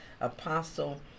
Apostle